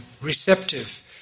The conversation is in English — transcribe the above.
receptive